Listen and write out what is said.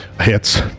Hits